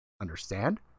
Understand